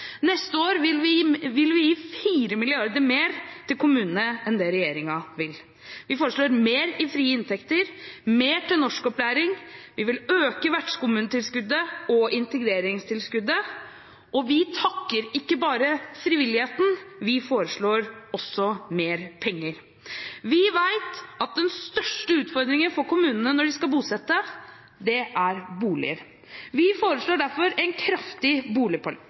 Neste år vil vi gi 4 mrd. kr mer til kommunene enn det regjeringen vil. Vi foreslår mer i frie inntekter, mer til norskopplæring. Vi vil øke vertskommunetilskuddet og integreringstilskuddet. Og vi takker ikke bare frivilligheten, vi foreslår også mer penger. Vi vet at den største utfordringen for kommunene når de skal bosette, er boliger. Vi foreslår derfor en kraftig